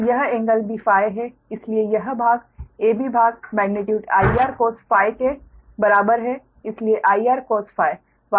तो यह एंगल भी Φ है इसलिए यह भाग AB भाग मेग्नीट्यूड IR cos के बराबर है इसलिए IR cos